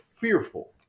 fearful